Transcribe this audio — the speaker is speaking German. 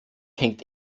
hängt